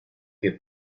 que